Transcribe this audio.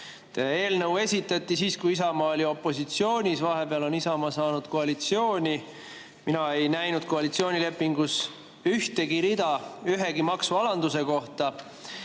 Eelnõu esitati siis, kui Isamaa oli opositsioonis, vahepeal on Isamaa saanud koalitsiooni. Mina ei näinud koalitsioonilepingus ühtegi rida ühegi maksualanduse kohta.